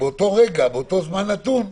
באותו רגע, באותו זמן נתון,